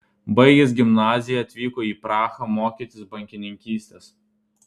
baigęs gimnaziją atvyko į prahą mokytis bankininkystės